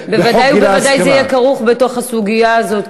בוודאי ובוודאי זה יהיה כרוך בתוך הסוגיה הזאת,